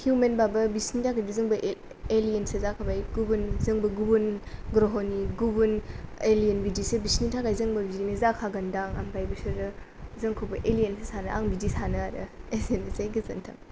हिउमेनबाबो बिसोरनि थाखाय जोंबो एलियेनसो जागोन जोंबो गुबुन ग्रह'नि गुबुन एलियेन बिदिसो बिसोरनि थाखाय जोंबो बिदिनो जाखागोन दां ओमफ्राय बिसोरो जोंखौबो एलियेनसो सानो आं बिदि सानो आरो एसेनोसै गोजोनथों